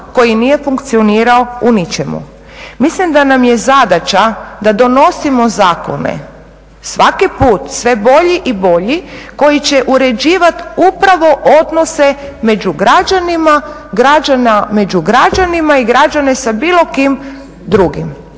koji nije funkcionirao u ničemu. Mislim da nam je zadaća da donosimo zakone svaki put sve bolje i bolje koji će uređivati upravo odnose među građanima, građana među građanima